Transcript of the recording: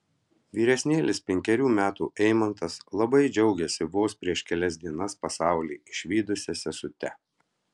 vyresnėlis penkerių metų eimantas labai džiaugiasi vos prieš kelias dienas pasaulį išvydusia sesute